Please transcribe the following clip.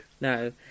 No